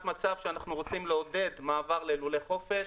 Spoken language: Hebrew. מצב שאנחנו רוצים לעודד מעבר ללולי חופש.